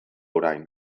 orain